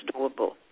doable